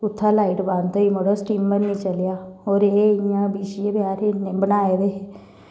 उत्थै लाइट बंद होई मड़ो स्टीमर निं चलेआ होर एह् इ'यां बनाए दे हे